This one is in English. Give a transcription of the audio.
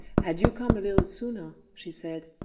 had you come a little sooner she said,